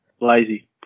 Lazy